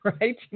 right